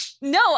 no